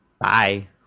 bye